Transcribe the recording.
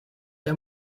der